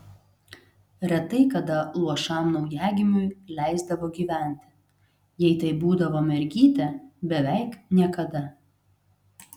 retai kada luošam naujagimiui leisdavo gyventi jei tai būdavo mergytė beveik niekada